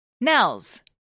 Nels